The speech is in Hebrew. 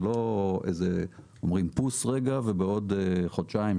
זה לא שאומרים "פוס" רגע ובעוד חודשיים,